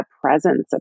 presence